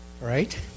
Right